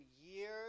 years